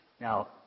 Now